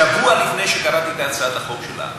שבוע לפני שקראתי את הצעת החוק שלה,